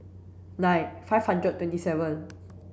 nine five hundred and twenty seven